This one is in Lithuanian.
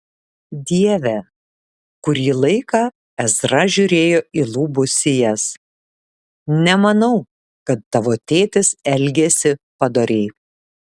dieve kurį laiką ezra žiūrėjo į lubų sijas nemanau kad tavo tėtis elgėsi padoriai